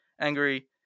angry